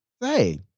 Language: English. hey